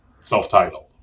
self-titled